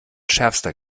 schärfster